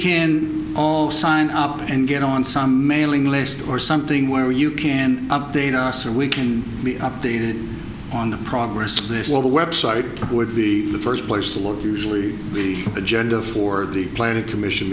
can all sign up and get on some mailing list or something where you can update us so we can be updated on the progress of this war the website would be the first place to look usually the agenda for the player commission